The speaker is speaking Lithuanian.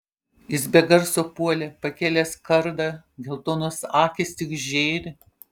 jis be garso puolė pakėlęs kardą geltonos akys tik žėri